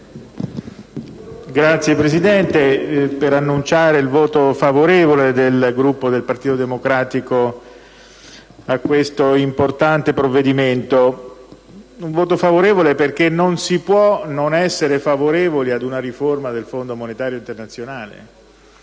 Signora Presidente, vorrei annunciare il voto favorevole del Gruppo del Partito Democratico a questo importante provvedimento. Un voto favorevole, perché non si può non essere favorevoli ad una riforma del Fondo monetario internazionale.